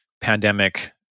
pandemic